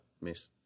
Miss